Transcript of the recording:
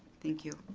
thank you.